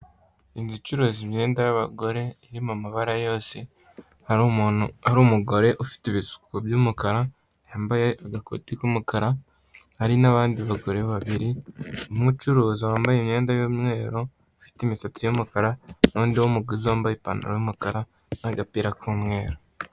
Inzu icuruza imyenda y'abagore iri mu mabara yose hari umuntu hari umugore ufite ibisuko by'umukara yambaye agakote k'umukara, hari n'abandi bagore babiri n'umucuruzi wambaye imyenda y'umweru afite imisatsi y'umukara n'undi w'umuguzi wambaye ipantaro y'umukara n'agapira k'umweru.